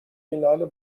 finale